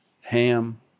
ham